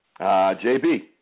JB